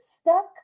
stuck